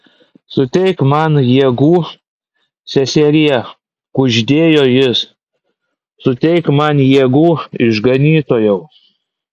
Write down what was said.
suteik man jėgų seserie kuždėjo jis suteik man jėgų išganytojau